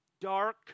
dark